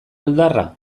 oldarra